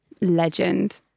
Legend